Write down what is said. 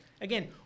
Again